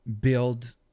build